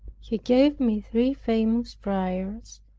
he gave me three famous friars,